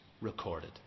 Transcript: recorded